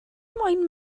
moyn